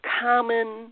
common